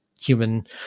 human